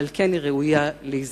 ועל כן היא ראויה להיזכר.